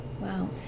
Wow